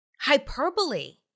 hyperbole